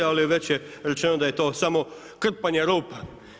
Ali već je rečeno da je to samo krpanje rupa.